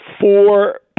four